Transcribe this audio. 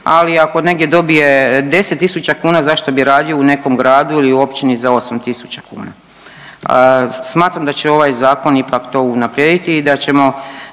ali ako negdje dobije 10 tisuća kuna, zašto bi radio u nekom gradu ili općini za 8 tisuća kuna. Smatram da će ovaj zakon ipak to unaprijediti i da ćemo